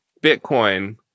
Bitcoin